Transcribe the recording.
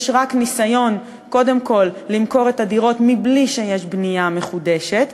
יש רק ניסיון קודם כול למכור את הדירות מבלי שיש בנייה מחודשת,